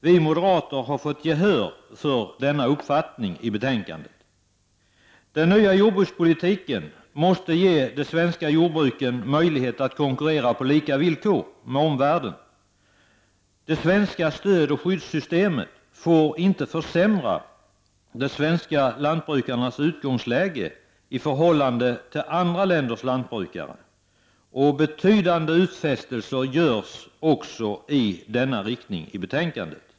Vi moderater har fått gehör för denna uppfattning. Den nya jordbrukspolitiken måste ge de svenska jordbruken möjlighet att konkurrera på lika villkor med omvärlden. Det svenska stödoch skyddssystemet får inte försämra de svenska lantbrukarnas utgångsläge i förhållande till andra länders lantbrukare. Betydande utfästelser i denna riktning görs också i betänkandet.